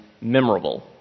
memorable